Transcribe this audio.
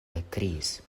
ekkriis